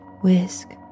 Whisk